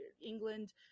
England